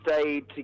stayed